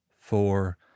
four